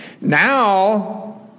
Now